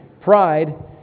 Pride